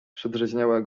przedrzeźniała